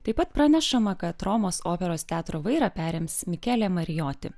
taip pat pranešama kad romos operos teatro vairą perims mikelė marioti